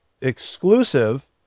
exclusive